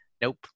nope